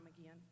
again